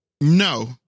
No